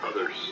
others